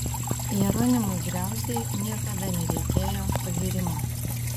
jeronimui griauzdei niekada nereikėjo pagyrimų